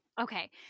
Okay